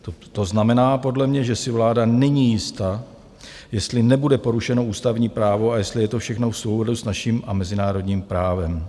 To znamená podle mě, že si vláda není jista, jestli nebude porušeno ústavní právo a jestli je to všechno v souladu s naším a mezinárodním právem.